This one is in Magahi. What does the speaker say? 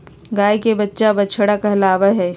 गाय के बच्चा बछड़ा कहलावय हय